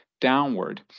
downward